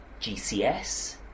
GCS